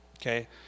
okay